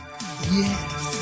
Yes